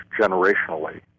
generationally